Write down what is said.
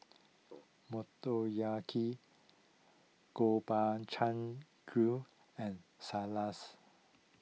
Motoyaki Gobchang Gui and Salas